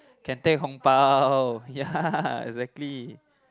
can take 红包 ya exactly